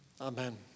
Amen